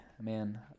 man